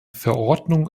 verordnung